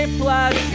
plus